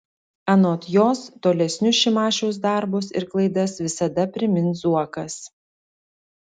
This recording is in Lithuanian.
anot jos tolesnius šimašiaus darbus ir klaidas visada primins zuokas